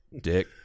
Dick